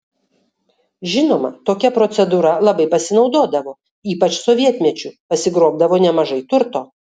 žinoma tokia procedūra labai pasinaudodavo ypač sovietmečiu pasigrobdavo nemažai turto